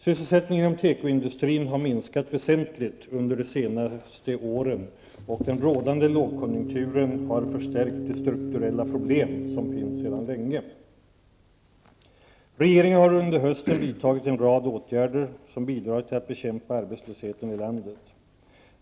Sysselsättningen inom tekoindustrin har minskat väsentligt under de senaste åren och den rådande lågkonjunkturen har förstärkt de strukturella problem som finns sedan länge. Regeringen har under hösten vidtagit en rad åtgärder som bidrar till att bekämpa arbetslösheten i landet.